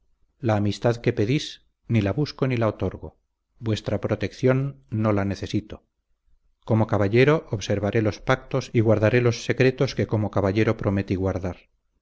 la amistad que pedís ni la busco ni la otorgo vuestra protección no la necesito como caballero observaré los pactos y guardaré los secretos que como caballero prometí guardar